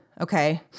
Okay